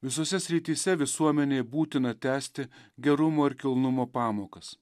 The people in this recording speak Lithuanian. visose srityse visuomenei būtina tęsti gerumo ir kilnumo pamokas